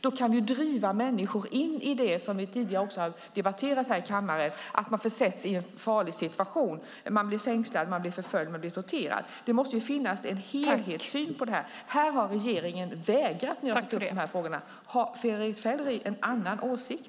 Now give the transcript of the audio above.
Vi kan driva in människor i det så att de försätts i en farlig situation, något som vi har debatterat tidigare här i kammaren. De blir fängslade, förföljda och torterade. Det måste finnas en helhetssyn på detta. Här har regeringen vägrat att ta upp de frågorna. Har Fredrick Federley en annan åsikt?